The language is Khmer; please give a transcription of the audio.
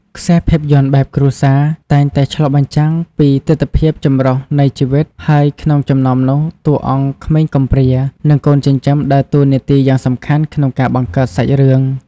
ខ្សែភាពយន្តបែបគ្រួសារតែងតែឆ្លុះបញ្ចាំងពីទិដ្ឋភាពចម្រុះនៃជីវិត ហើយក្នុងចំណោមនោះ តួអង្គក្មេងកំព្រា និងកូនចិញ្ចឹមដើរតួនាទីយ៉ាងសំខាន់ក្នុងការបង្កើតសាច់រឿង។